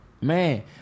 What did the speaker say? Man